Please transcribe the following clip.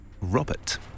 Robert